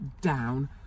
down